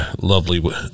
lovely